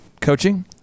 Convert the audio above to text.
coaching